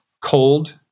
cold